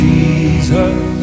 Jesus